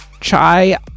Chai